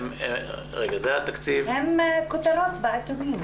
הם כותרות בעיתונים.